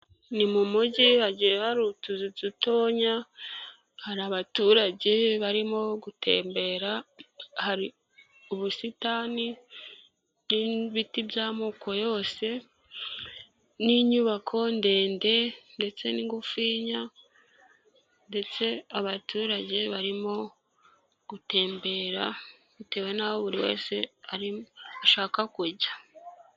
Ni mu mujyi hagiye hari utuzu dutoya, hari abaturage barimo gutembera, hari ubusitani n'ibiti by'amoko yose n'inyubako ndende ndetse n'ingufuya ndetse abaturage barimo gutembera bitewe n'aho buri wese ushaka kujya.